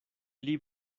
pli